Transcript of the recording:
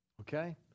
Okay